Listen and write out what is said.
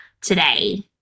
today